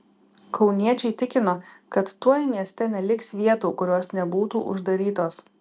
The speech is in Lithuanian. kauniečiai tikino kad tuoj mieste neliks vietų kurios nebūtų uždarytos